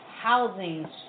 housing